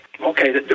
okay